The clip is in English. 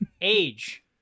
Age